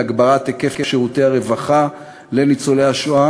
להגברת היקף שירותי הרווחה לניצולי השואה